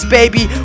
baby